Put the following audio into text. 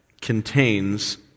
contains